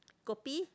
kopi